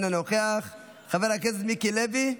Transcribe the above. אינו נוכח, חבר הכנסת מיקי לוי,